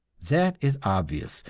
that is obvious,